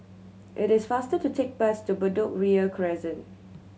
it is faster to take bus to Bedok Ria Crescent